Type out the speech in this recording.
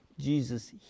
Jesus